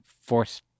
force